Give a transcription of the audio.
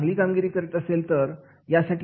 जर कोणी चांगली कामगिरी करत असतील तर